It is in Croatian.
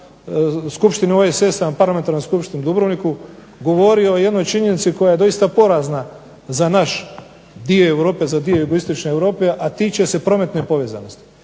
Skupštini OESS-a, na parlamentarnoj skupštini u Dubrovniku govorio o jednoj činjenici koja je doista porazna za naš, dio Europe, za dio jugoistočne Europe a tiče se prometne povezanosti.